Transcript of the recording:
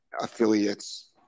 affiliates